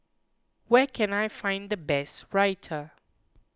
where can I find the best Raita